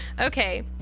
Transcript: Okay